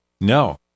no